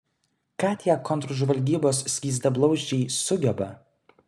ką tie kontržvalgybos skystablauzdžiai sugeba